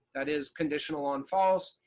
that is conditional on false.